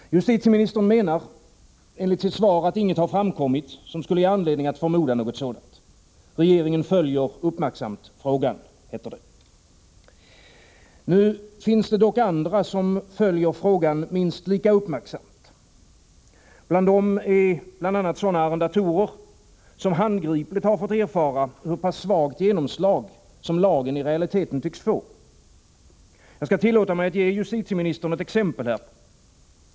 Justitieministern menar enligt svaret att inget framkommit som skulle ge anledning att förmoda något annat. Regeringen följer uppmärksamt frågan, heter det. Nu finns det dock andra som följer frågan minst lika uppmärksamt. Bland dem är bl.a. sådana arrendatorer som handgripligt fått erfara hur pass svagt genomslag lagen i realiteten tycks få. Jag skall tillåta mig ge justitieministern ett exempel härpå.